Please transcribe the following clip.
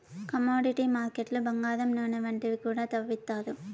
commodity మార్కెట్లు బంగారం నూనె వంటివి కూడా తవ్విత్తారు